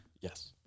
Yes